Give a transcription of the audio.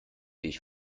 ich